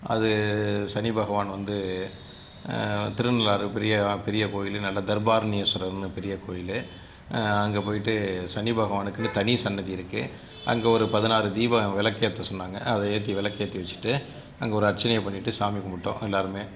அது சனி பகவான் வந்து திருநள்ளாறு பெரிய பெரிய கோவிலு நல்ல தர்பாரண்யேஸ்வரர்ன்னு பெரிய கோவிலு அங்கே போய்ட்டு சனி பகவானுக்குன்னு தனி சன்னதி இருக்குது அங்கே ஒரு பதினாறு தீபம் விளக்கேத்த சொன்னாங்க அதை ஏற்றி விளக்கேத்தி வெச்சுட்டு அங்கே ஒரு அர்ச்சனையை பண்ணிவிட்டு சாமி கும்பிட்டோம் எல்லோருமே